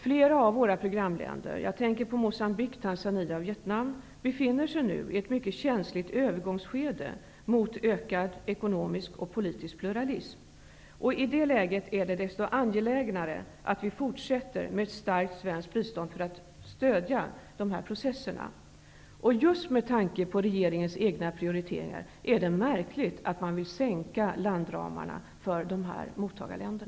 Flera av våra programländer -- jag tänker på Mocambique, Tanzania och Vietnam -- befinner sig nu i ett mycket känsligt övergångsskede mot ökad ekonomisk och politisk pluralism. I detta läge är det desto angelägnare att vi fortsätter att ge ett starkt svenskt bistånd för att stödja dessa processer. Just med tanke på regeringens egna prioriteringar är det märkligt att man vill sänka landramarna för dessa mottagarländer.